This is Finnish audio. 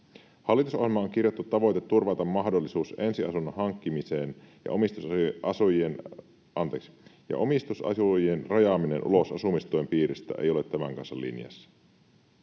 Hallitusohjelmaan on kirjattu tavoite turvata mahdollisuus ensiasunnon hankkimiseen, ja omistusasujien rajaaminen ulos asumistuen piiristä ei ole tämän kanssa linjassa.”